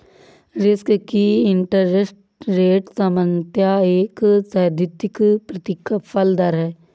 risk free interest rate सामान्यतः एक सैद्धांतिक प्रतिफल दर है